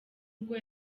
ubwo